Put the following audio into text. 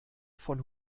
von